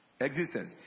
existence